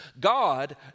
God